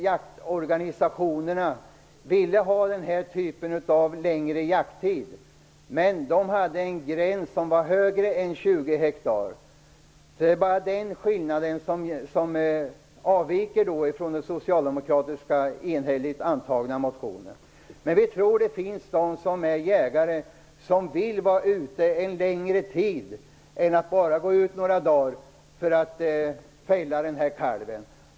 Jaktorganisationerna ville ha längre jakttid, men deras gräns låg på över 20 hektar. Det är den enda skillnaden jämfört med den socialdemokratiska enhälligt antagna motionen. Vi tror att det finns jägare som vill vara ute en längre tid, och inte bara några dagar, för att fälla en kalv.